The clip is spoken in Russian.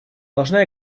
должна